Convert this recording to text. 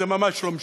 כי זה ממש לא משנה.